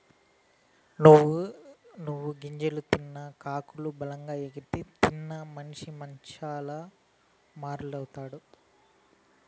నువ్వు గింజ తిన్న కాకులు బలంగెగిరితే, తినని మనిసి మంచంల మూల్గతండా